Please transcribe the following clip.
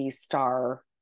star